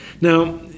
Now